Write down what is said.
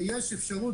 ויש אפשרות,